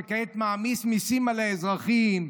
שכעת מעמיס מיסים על האזרחים,